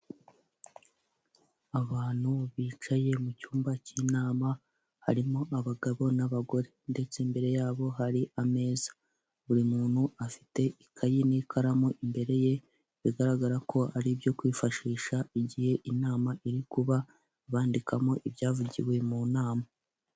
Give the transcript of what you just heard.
Abantu bicaye mu cyumba cy'inama harimo abagabo n'abagore ndetse imbere yabo hari ameza, buri muntu afite ikayi n'ikaramu imbere ye, bigaragara ko ari ibyo kwifashisha igihe inama iri kuba bandikamo ibyavugiwe mu nama.